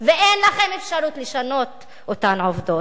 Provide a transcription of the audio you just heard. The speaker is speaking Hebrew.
ואין לכם אפשרות לשנות את אותן עובדות.